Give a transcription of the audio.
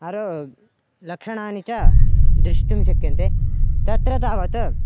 आरोग्यं लक्षणानि च द्रष्टुं शक्यन्ते तत्र तावत्